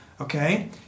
okay